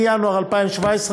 מינואר 2017,